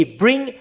bring